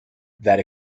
that